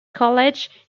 college